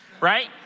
Right